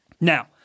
Now